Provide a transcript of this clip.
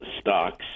stocks